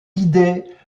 idées